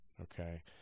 okay